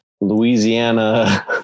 Louisiana